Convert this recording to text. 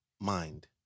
Mind